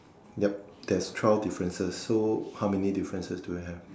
yup there's twelve differences so how many differences do you have